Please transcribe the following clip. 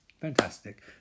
Fantastic